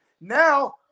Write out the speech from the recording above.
Now